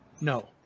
No